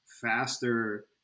faster